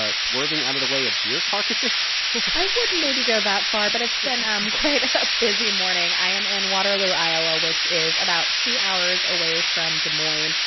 ah swerving out of the way of deer carcasses i wouldn't maybe go that far, but it's been um quite a busy morning. i am in waterloo, iowa, which is about two hours away from des moines,